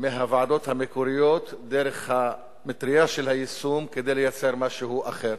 מהוועדות המקוריות דרך המטרייה של היישום כדי לייצר משהו אחר.